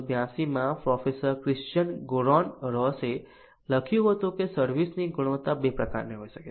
1982 માં professor Christian ગ્રોનરોસે લખ્યું હતું કે સર્વિસ ની ગુણવત્તા 2 પ્રકારની હોઈ શકે છે